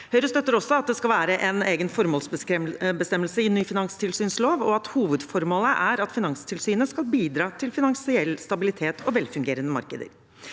Høyre støtter også at det skal være en egen formålsbestemmelse i ny finanstilsynslov, og at hovedformålet er at Finanstilsynet skal bidra til finansiell stabilitet og velfungerende markeder.